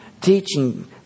teaching